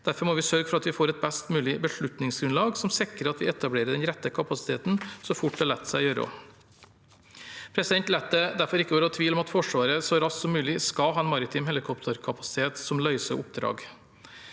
Derfor må vi sørge for å få et best mulig beslutningsgrunnlag som sikrer at vi etablerer den rette kapasiteten så fort det lar seg gjøre. La det derfor ikke være tvil om at Forsvaret så raskt som mulig skal ha en maritim helikopterkapasitet som løser oppdrag.